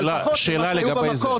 אבל פחות ממה שהם היו צריכים לשלם במקור.